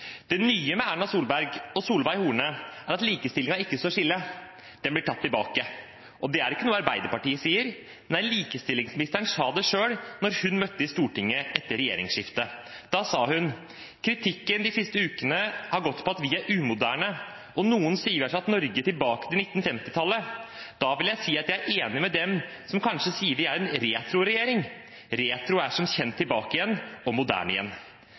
Det nye med Erna Solberg og Solveig Horne er at likestillingen ikke står stille. Den blir satt tilbake, og det er ikke noe Arbeiderpartiet sier. Nei, likestillingsministeren sa det selv da hun møtte i Stortinget etter regjeringsskiftet. Da sa hun: «Kritikken de siste ukene har gått på at vi er umoderne, og noen sier at vi har satt Norge tilbake igjen til 1950-tallet. Da vil jeg si at jeg er enig med dem som sier at vi kanskje er retro-regjeringen. Retro er som kjent tilbake igjen og moderne igjen.»